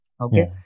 okay